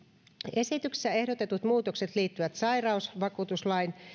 esityksessä ehdotetut muutokset liittyvät sairausvakuutuslain